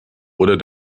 oder